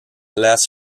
less